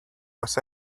was